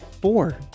Four